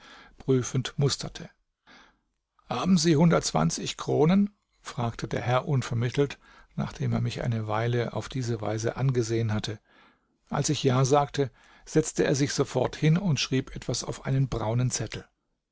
prüfend musterte haben sie hundertzwanzig kronen fragte der herr unvermittelt nachdem er mich eine weile auf diese weise angesehen hatte als ich ja sagte setzte er sich sofort hin und schrieb etwas auf einen braunen zettel